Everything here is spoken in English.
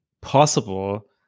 possible